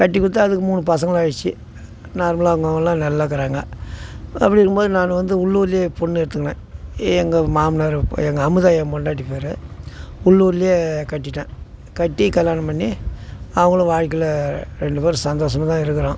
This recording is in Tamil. கட்டி கொடுத்து அதுக்கு மூணு பசங்களாயிடுச்சு நார்மலாக அவங்க அவங்களா நல்லா இருக்கிறாங்க அப்படி இருக்கும் போது நான் வந்து உள்ளூர்லேயே பொண்ணு எடுத்துக்குனேன் எங்கள் மாமனார் எங்கள் அமுதா என் பொண்டாட்டி பேர் உள்ளூர்லேயே கட்டிட்டேன் கட்டி கல்யாணம் பண்ணி அவங்களும் வாழ்க்கையில் ரெண்டு பேரும் சந்தோஷமா தான் இருக்கிறோம்